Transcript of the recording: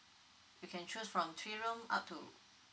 you can choose from three room up to